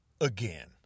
Again